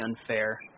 unfair